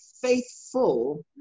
faithful